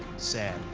sad.